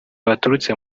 baturutse